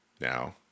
Now